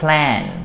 Plan